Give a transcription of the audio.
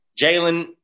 Jalen